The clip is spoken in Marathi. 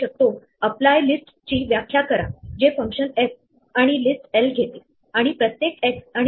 सेट हा लिस्ट प्रमाणेच असतो फक्त त्यात डुप्लिकेट नसतात